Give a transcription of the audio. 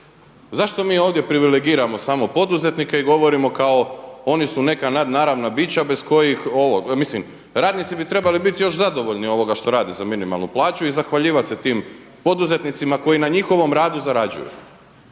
Zašto mi ovdje privilegiramo samo poduzetnike i govorimo kao oni su neka nadnaravna bića bez kojih. Mislim, radnici bi trebali biti još zadovoljni što rade za minimalnu plaću i zahvaljivati se tim poduzetnicima koji na njihovom radu zarađuju.